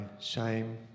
shame